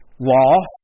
Loss